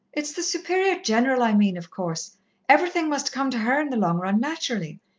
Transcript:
it's the superior-general i mean, of course everything must come to her in the long run, naturally.